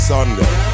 Sunday